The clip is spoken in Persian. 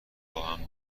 باهم